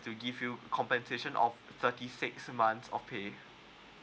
to give you a compensation of thirty six months of pay